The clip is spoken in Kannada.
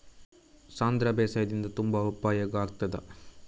ಸಾಂಧ್ರ ಬೇಸಾಯದಿಂದ ತುಂಬಾ ಉಪಯೋಗ ಆಗುತ್ತದಾ?